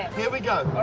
here we go.